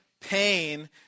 pain